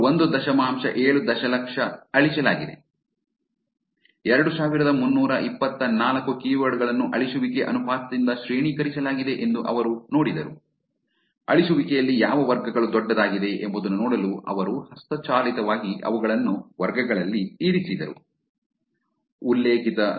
ಅವರು ಒಂದು ದಶಮಾಂಶ ಏಳು ದಶಲಕ್ಷ ಅಳಿಸಲಾಗಿದೆ ಎರಡು ಸಾವಿರದ ಮುನ್ನೂರ ಇಪ್ಪತ್ತನಾಲ್ಕು ಕೀವರ್ಡ್ ಗಳನ್ನು ಅಳಿಸುವಿಕೆ ಅನುಪಾತದಿಂದ ಶ್ರೇಣೀಕರಿಸಲಾಗಿದೆ ಎಂದು ಅವರು ನೋಡಿದರು ಅಳಿಸುವಿಕೆಯಲ್ಲಿ ಯಾವ ವರ್ಗಗಳು ದೊಡ್ಡದಾಗಿದೆ ಎಂಬುದನ್ನು ನೋಡಲು ಅವರು ಹಸ್ತಚಾಲಿತವಾಗಿ ಅವುಗಳನ್ನು ವರ್ಗಗಳಲ್ಲಿ ಇರಿಸಿದರು